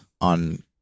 on